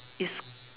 is